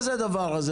מה זה הדבר הזה?